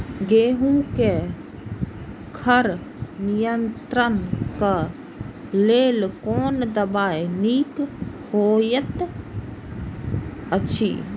गेहूँ क खर नियंत्रण क लेल कोन दवा निक होयत अछि?